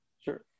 Sure